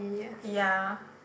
ya